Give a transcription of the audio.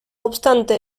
obstante